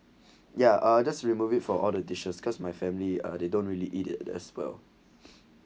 ya uh just remove it for all the dishes cause my family they don't really eat it as well